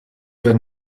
wenn